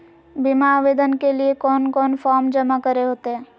बीमा आवेदन के लिए कोन कोन फॉर्म जमा करें होते